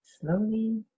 slowly